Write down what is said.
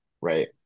right